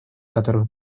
которых